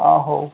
ହ ହଉ